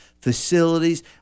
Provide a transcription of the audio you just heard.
facilities